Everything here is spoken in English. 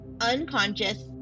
unconscious